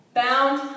bound